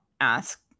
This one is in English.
ask